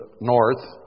north